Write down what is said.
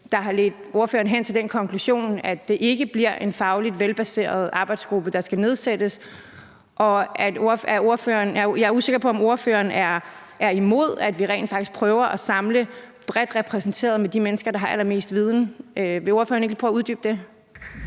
har ledt ordføreren hen til den konklusion, at det ikke bliver en fagligt velbaseret arbejdsgruppe, der skal nedsættes. Og jeg er også usikker på, om ordføreren er imod, at vi rent faktisk prøver bredt at samle og få repræsenteret de mennesker, der har allermest viden. Vil ordføreren ikke lige prøve at uddybe det?